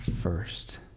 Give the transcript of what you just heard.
first